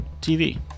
TV